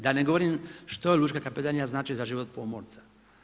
Da ne govorim što lučka kapetanija znači za život pomorca.